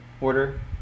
order